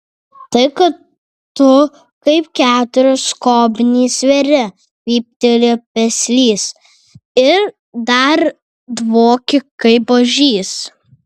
tai kad tu kaip keturios skobnys sveri vyptelėjo peslys ir dar dvoki kaip ožys